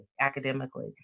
academically